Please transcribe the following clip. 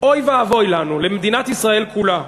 אוי ואבוי לנו, למדינת ישראל כולה,